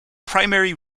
primary